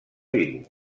vigo